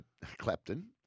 Clapton